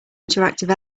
interactive